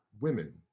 women